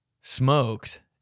smoked